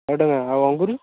ଶହେ ଟଙ୍କା ଆଉ ଅଙ୍ଗୁର